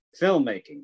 filmmaking